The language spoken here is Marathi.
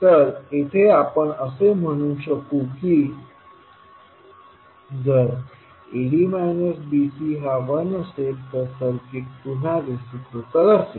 तर येथे आपण असे म्हणू शकू की जर ad bc 1 असेल तर सर्किट पुन्हा रिसिप्रोकल असेल